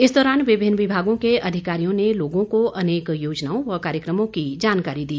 इस दौरान विभिन्न विभागों के अधिकारियों ने लोगों को अनेक योजनाओं व कार्यकमों की जानकारी दी